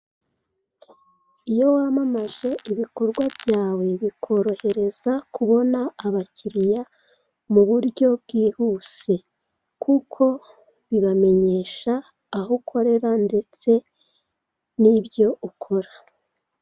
Iyo wamamaje ibikorwa byawe bikorohereza kubona abakiliya mu uryo bwihuse kuko bibamenyesha aho ukorera ndetse n'ibyonukora.